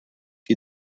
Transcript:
qui